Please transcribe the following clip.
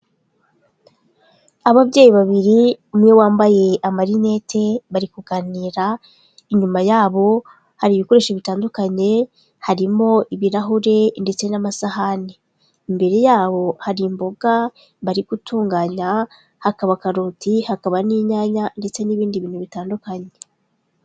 Ababyeyi babiri umwe wambaye amarineti bari kuganira, inyuma yabo hari ibikoresho bitandukanye, harimo ibirahuri ndetse n'amasahani, imbere yabo hari imboga bari gutunganya, hakaba karoti, hakaba n'inyanya, ndetse n'ibindi bintu bitandukanye.